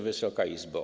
Wysoka Izbo!